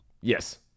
yes